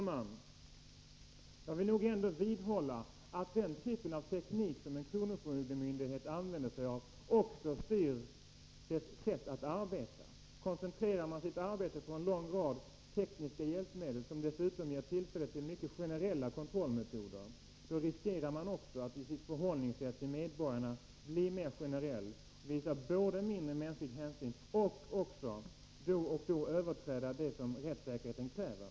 Herr talman! Jag vill nog ändå vidhålla att den typ av teknik som en kronofogdemyndighet använder också styr dess sätt att arbeta. Koncentrerar man sitt arbete på en lång rad tekniska hjälpmedel, som dessutom ger tillfälle till mycket generella kontrollmetoder, riskerar man att i sitt sätt att förhålla sig till medborgarna bli mer generell, visa mindre mänsklig hänsyn och då och då överträda det som rättssäkerheten kräver.